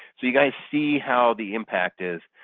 so you guys see how the impact is.